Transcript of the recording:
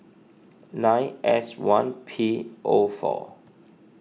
nine S one P of our